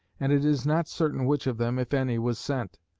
and it is not certain which of them, if any, was sent.